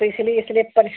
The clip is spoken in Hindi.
तो इसीलिए इसीलिए पर